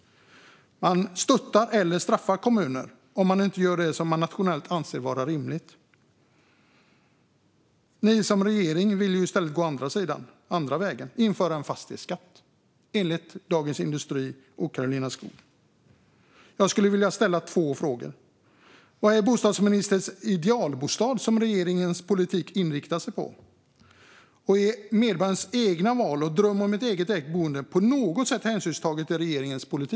Man stöttar eller straffar kommunerna om de inte gör det som man nationellt sett anser vara rimligt. Regeringen vill enligt Dagens industri och Karolina Skog i stället gå den andra vägen och införa en fastighetsskatt. Jag skulle vilja ställa två frågor: Vad är bostadsministerns idealbostad som regeringens politik inriktar sig på? Tar regeringen i sin politik på något sätt hänsyn till medborgarens eget val och dröm om ett eget ägt boende?